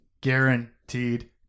Guaranteed